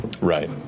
Right